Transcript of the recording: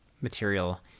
material